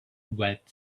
wet